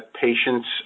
patients